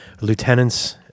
lieutenants